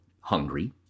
hungry